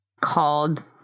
called